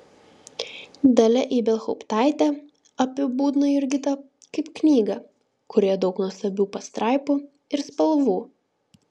dalia ibelhauptaitė apibūdina jurgitą kaip knygą kurioje daug nuostabių pastraipų ir spalvų